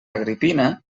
agripina